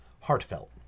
heartfelt